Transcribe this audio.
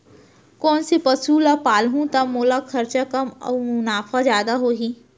कोन से पसु ला पालहूँ त मोला खरचा कम अऊ मुनाफा जादा होही?